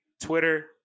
Twitter